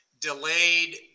delayed